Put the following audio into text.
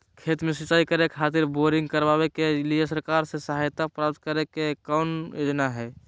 खेत में सिंचाई करे खातिर बोरिंग करावे के लिए सरकार से सहायता प्राप्त करें के कौन योजना हय?